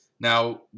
Now